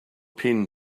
pin